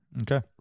Okay